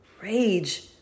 rage